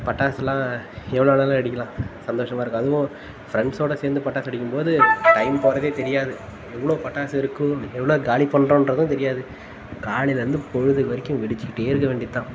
பட்டாசெல்லாம் எவ்வளோ வேண்ணாலும் வெடிக்கலாம் சந்தோஷமாக இருக்கும் அதுவும் ஃப்ரெண்ட்ஸ்ஸோடு சேர்ந்து பட்டாசு வெடிக்கும் போது டைம் போகிறதே தெரியாது எவ்வளோ பட்டாசு இருக்கும் எவ்வளோ காலி பண்ணுறோன்றதும் தெரியாது காலைலேருந்து பொழுது வரைக்கும் வெடிச்சிக்கிட்டே இருக்க வேண்டியது தான்